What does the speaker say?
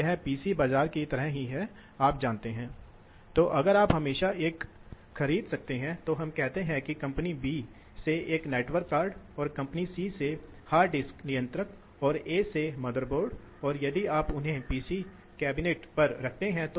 तो यह समझने के बाद कि हम आगे बढ़ते हैं और हम थोड़ी देर में इस वक्र पर वापस आ जाएंगे